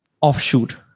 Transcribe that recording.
offshoot